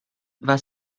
was